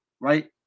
right